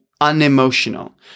unemotional